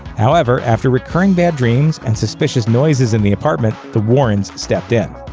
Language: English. however, after recurring bad dreams and suspicious noises in the apartment, the warrens stepped in.